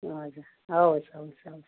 हजुर हवस् हवस् हवस्